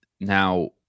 Now